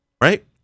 right